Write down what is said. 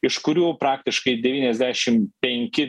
iš kurių praktiškai devyniasdešim penki